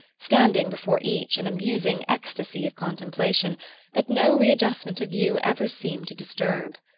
standing before each in a musing ecstasy of contemplation that no readjustment of view ever seemed to disturb.